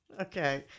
Okay